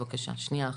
שניה אחת.